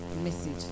message